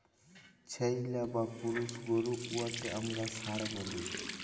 ছেইল্যা বা পুরুষ গরু উয়াকে আমরা ষাঁড় ব্যলি